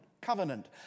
Covenant